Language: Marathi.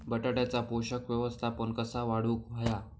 बटाट्याचा पोषक व्यवस्थापन कसा वाढवुक होया?